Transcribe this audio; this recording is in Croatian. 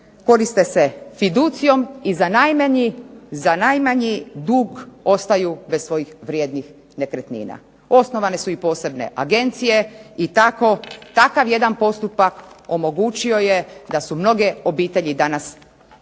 Koriste se fiducijom i za najmanji dug ostaju bez svojih vrijednih nekretnina. Osnovane su i posebne agencije i takav jedan postupak omogućio je da su mnoge obitelji danas zavedene